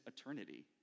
eternity